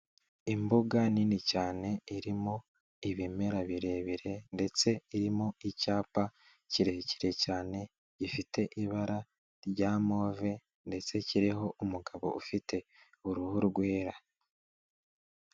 Imbuga nini cyane, irimo ibimera birebire, ndetse icyapa kirekire cyane gifite ibara rya move, ndetse kiriho umugabo ufite uruhu rwera.